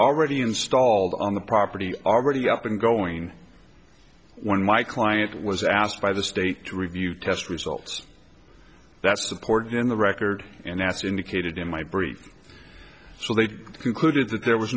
already installed on the property already up and going when my client was asked by the state to review test results that supported in the record and that's indicated in my brief so they concluded that there was